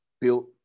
built